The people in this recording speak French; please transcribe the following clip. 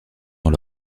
dans